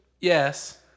Yes